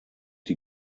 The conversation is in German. die